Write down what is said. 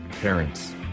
parents